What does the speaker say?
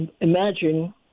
imagine